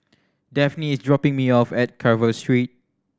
Dafne is dropping me off at Carver Street